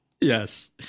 Yes